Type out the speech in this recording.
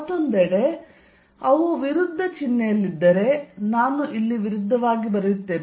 ಮತ್ತೊಂದೆಡೆ ಅವು ವಿರುದ್ಧ ಚಿಹ್ನೆಯಲ್ಲಿದ್ದರೆ ನಾನು ಇಲ್ಲಿ ವಿರುದ್ಧವಾಗಿ ಬರೆಯುತ್ತೇನೆ